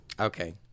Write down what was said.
Okay